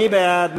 מי בעד?